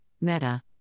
Meta